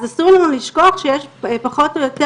אז אסור לנו לשכוח שיש פחות או יותר